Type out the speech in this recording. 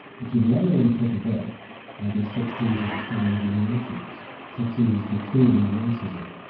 but you layer on top of that i guess such things as the stolen generations, such things as continuing racism,